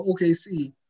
OKC